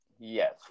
Yes